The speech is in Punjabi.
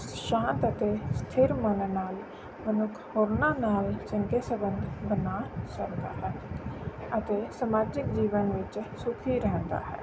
ਸ਼ਾਂਤ ਅਤੇ ਸਥਿਰ ਮਨ ਨਾਲ ਮਨੁੱਖ ਹੋਰਨਾ ਨਾਲ ਚੰਗੇ ਸੰਬੰਧ ਬਣਾ ਸਕਦਾ ਹੈ ਅਤੇ ਸਮਾਜਿਕ ਜੀਵਨ ਵਿੱਚ ਸੁਖੀ ਰਹਿੰਦਾ ਹੈ